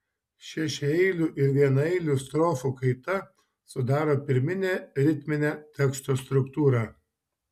šešiaeilių ir vienaeilių strofų kaita sudaro pirminę ritminę teksto struktūrą